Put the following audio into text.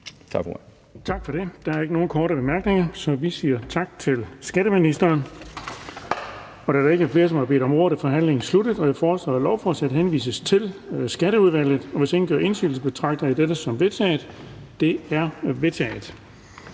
Tak for det.